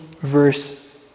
verse